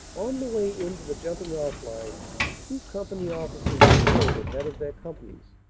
on the way in to the jumping-off line two company officers were killed at head of thei r companies,